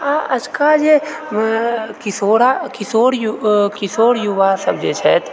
आ अझुका जे किशोरा किशोर किशोर युवा सब जे छथि